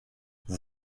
vous